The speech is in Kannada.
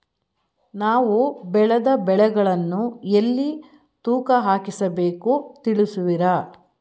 ನಾವು ಬೆಳೆದ ಬೆಳೆಗಳನ್ನು ಎಲ್ಲಿ ತೂಕ ಹಾಕಿಸ ಬೇಕು ತಿಳಿಸುವಿರಾ?